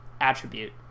attribute